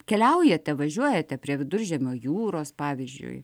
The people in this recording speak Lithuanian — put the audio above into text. keliaujate važiuojate prie viduržemio jūros pavyzdžiui